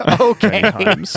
Okay